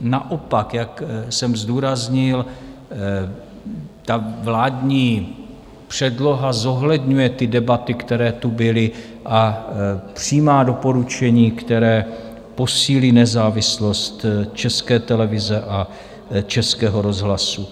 Naopak, jak jsem zdůraznil, vládní předloha zohledňuje debaty, které tu byly, a přijímá doporučení, které posílí nezávislost České televize a Českého rozhlasu.